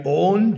own